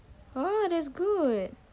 oh that's good